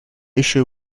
issue